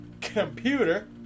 Computer